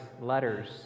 letters